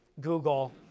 Google